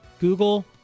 Google